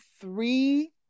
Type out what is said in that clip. three